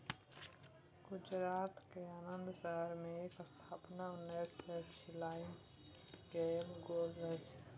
गुजरातक आणंद शहर मे एकर स्थापना उन्नैस सय छियालीस मे कएल गेल रहय